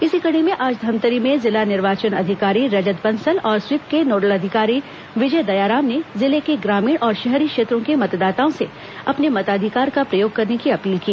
इसी कड़ी में आज धमतरी में जिला निर्वाचन अधिकारी रजत बंसल और स्वीप के नोडल अधिकारी विजय दयाराम ने जिले के ग्रामीण और शहरी क्षेत्रों के मतदाताओं से अपने मताधिकार का प्रयोग करने की अपील की